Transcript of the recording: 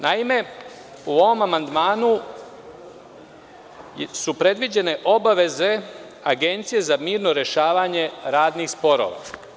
Naime, u ovom amandmanu su predviđene obaveze Agencije za mirno rešavanje radnih sporova.